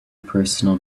personal